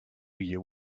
you